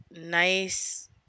nice